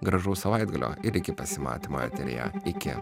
gražaus savaitgalio ir iki pasimatymo eteryje iki